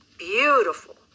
beautiful